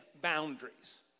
boundaries